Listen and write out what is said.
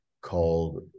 called